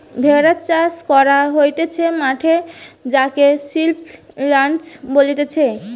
ভেড়া চাষ করা হতিছে মাঠে যাকে সিপ রাঞ্চ বলতিছে